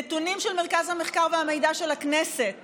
נתונים של מרכז המחקר והמידע של הכנסת